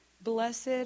blessed